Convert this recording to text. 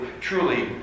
truly